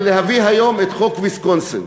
להביא היום את חוק ויסקונסין,